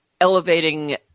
elevating